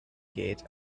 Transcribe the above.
gate